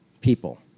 people